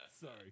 Sorry